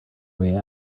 way